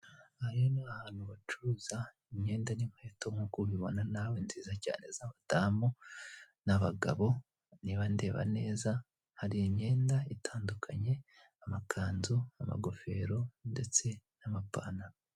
Aha haramamazwa imodoka iri mu bwoko bwa yundayi, kandi iyi modoka ikaba ifite ibara rya giri, aha hari uturango tw'urukiramende twanditsemo amagambo yo mu cyongereza ako hejuru karimo amagambo ari m'ibara ry'umukara usigirije, akandi karimo amagambo ari mu ibara ry'umweru ariko ari mu gakiramende k'ubururu, biragaragara ko iyi modoka iri kwamamazwa iri k'isoko.